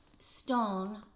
stone